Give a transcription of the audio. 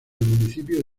municipio